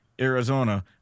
Arizona